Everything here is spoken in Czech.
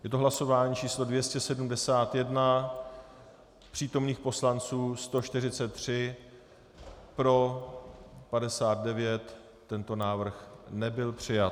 Je to hlasování číslo 271, přítomných poslanců 143, pro 59, tento návrh nebyl přijat.